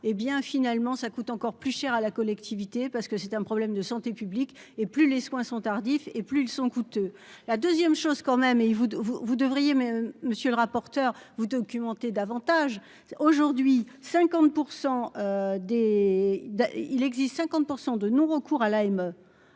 hé bien, finalement, ça coûte encore plus cher à la collectivité parce que c'est un problème de santé publique et plus les soins sont tardifs et plus ils sont coûteux, la 2ème chose quand même, et vous, vous vous devriez mais monsieur le rapporteur vous documenter davantage aujourd'hui 50 % des il existe 50 % de non recours à la M